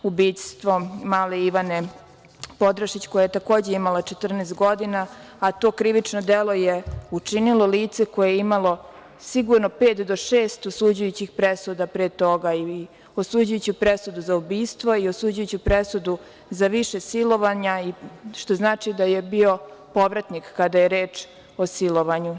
Ubistvom male Ivane Podraščić, koja je takođe imala 14 godina, a to krivično delo je učinilo lice koje je imalo sigurno pet do šest osuđujućih presuda pre toga i osuđujuću presudu za ubistvo i osuđujuću presudu za više silovanja, što znači da je bio povratnik kada je reč o silovanju.